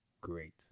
great